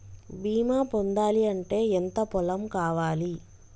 బీమా పొందాలి అంటే ఎంత పొలం కావాలి?